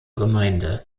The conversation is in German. gemeinde